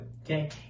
okay